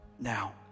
now